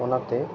ᱚᱱᱟᱛᱮ